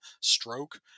stroke